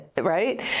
Right